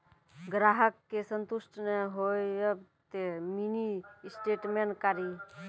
ग्राहक के संतुष्ट ने होयब ते मिनि स्टेटमेन कारी?